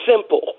simple